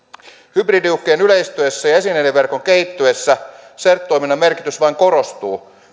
hybridiuhkien yleistyessä ja esineiden verkon kehittyessä cert toiminnon merkitys vain korostuu